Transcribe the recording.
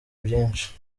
byinshi